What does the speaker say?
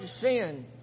sin